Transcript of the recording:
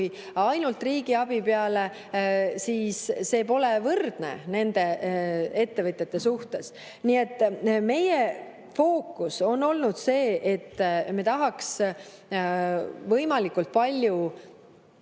justkui ainult riigi abi peale, siis see pole võrdne nende ettevõtjate suhtes. Nii et meie fookuses on olnud see, et me tahaks võimalikult palju